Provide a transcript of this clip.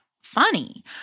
funny